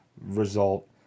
result